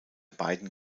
beiden